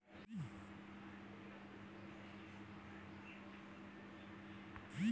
तू कही भी जइब त देखब कि बहुते कम लोग सनई के खेती करेले